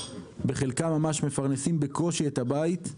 בחלקם ממש מפרנסים בקושי את הבית.